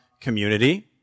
Community